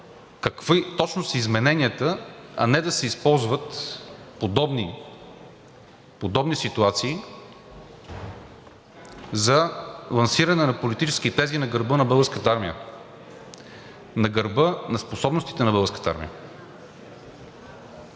какви точно са измененията, а не да се използват подобни ситуации за лансиране на политически тези на гърба на Българската армия, на гърба на способностите на Българската армия.